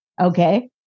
Okay